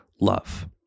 love